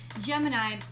Gemini